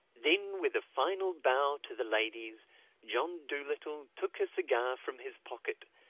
then with a final bow to the ladies john dolittle took a cigar from his pocket,